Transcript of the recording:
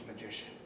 magician